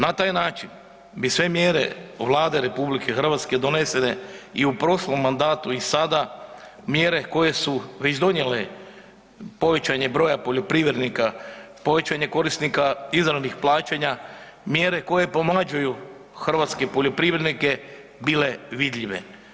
Na taj način bi sve mjere Vlade RH donesene i u prošlom mandatu i sada, mjere koje su već donijele povećanje broja poljoprivrednika, povećanje korisnika izravnih plaćanja, mjere koje pomlađuju hrvatske poljoprivrednike bile vidljive.